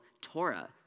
Torah